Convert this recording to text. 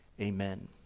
amen